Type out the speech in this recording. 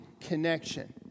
Connection